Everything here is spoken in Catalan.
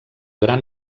gran